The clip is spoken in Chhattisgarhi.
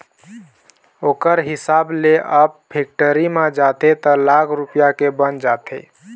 ओखर हिसाब ले अब फेक्टरी म जाथे त लाख रूपया के बन जाथे